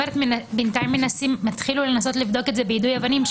בינתיים התחילו לנסות לבדוק את זה ביידוי אבנים,